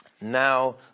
now